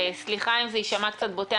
וסליחה אם זה יישמע קצת בוטה,